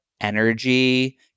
energy